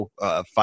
five